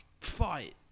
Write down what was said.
fight